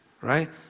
right